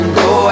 go